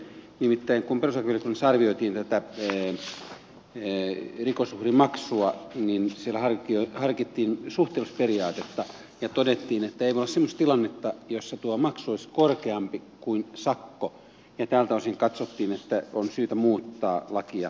nimittäin kun perustuslakivaliokunnassa arvioitiin tätä rikosuhrimaksua niin siellä harkittiin suhteellisuusperiaatetta ja todettiin että ei voi olla semmoista tilannetta jossa tuo maksu olisi korkeampi kuin sakko ja tältä osin katsottiin että on syytä muuttaa lakia